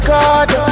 God